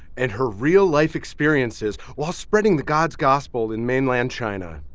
and her real-life experiences while spreading the god's gospel in mainland china.